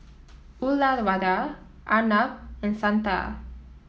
Uyyalawada Arnab and Santha